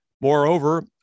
Moreover